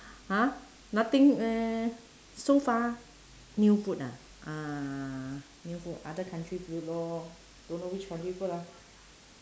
!huh! nothing eh so far new food ah uh new food other country food lor don't know which country food lah